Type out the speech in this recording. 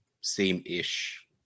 same-ish